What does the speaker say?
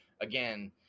again